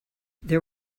there